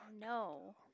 no